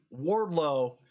Wardlow